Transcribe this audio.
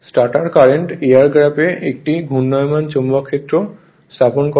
stator current air গ্যাপে একটি ঘূর্ণায়মান চৌম্বক ক্ষেত্র স্থাপন করে